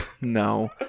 No